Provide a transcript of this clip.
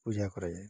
ପୂଜା କରାଯାଏ